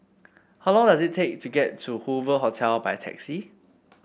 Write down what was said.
how long does it take to get to Hoover Hotel by taxi